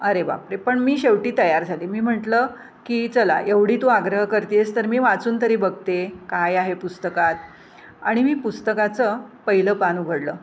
अरे बापरे पण मी शेवटी तयार झाले मी म्हटलं की चला एवढी तू आग्रह करते आहेस तर मी वाचून तरी बघते काय आहे पुस्तकात आणि मी पुस्तकाचं पहिलं पान उघडलं